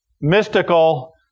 mystical